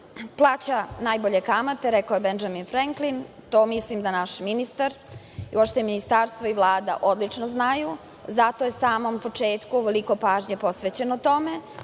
plaća najbolje kamate, rekao je Bendžamin Frenklin. To mislim da naš ministar i uopšte ministarstvo i Vlada odlično znaju. Zato je na samom početku velika pažnja posvećena tome.